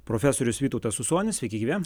profesorius vytautas usonis sveiki gyvi